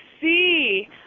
see